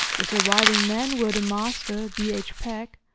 the surviving men were the master, b. h. peck,